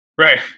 Right